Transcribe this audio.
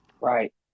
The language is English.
Right